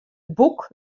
boek